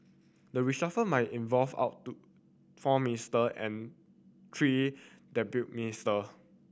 the reshuffle might involve out to four minister and three deputy minister